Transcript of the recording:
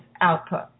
output